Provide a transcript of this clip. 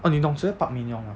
oh 你懂谁是 park min young 吗